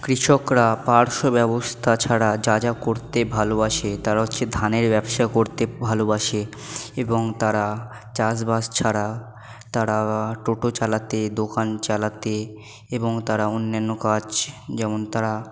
কৃষকরা পার্শ্ব ব্যবস্থা ছাড়া যা যা করতে ভালোবাসে তারা হচ্ছে ধানের ব্যবসা করতে ভালোবাসে এবং তারা চাষবাস ছাড়া তারা টোটো চালাতে দোকান চালাতে এবং তারা অন্যান্য কাজ যেমন তারা